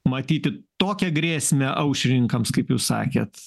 matyti tokią grėsmę aušrininkams kaip jūs sakėt